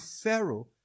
pharaoh